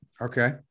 Okay